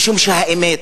משום שהאמת,